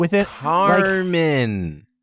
Carmen